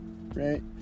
Right